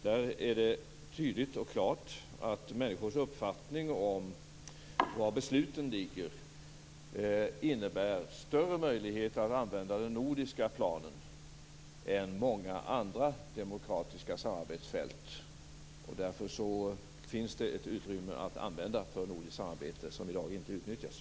Där är det tydligt och klart att människors uppfattning om var besluten ligger innebär större möjligheter att använda den nordiska planen än många andra demokratiska samarbetsfält. Därför finns det ett utrymme att använda för nordiskt samarbete som i dag inte utnyttjas.